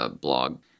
blog